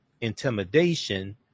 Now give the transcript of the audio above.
intimidation